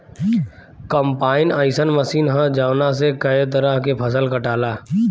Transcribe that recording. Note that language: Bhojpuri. कम्पाईन अइसन मशीन ह जवना से कए तरह के फसल कटाला